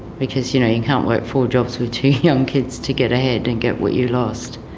because, you know, you can't work four jobs with two young kids to get ahead and get what you lost.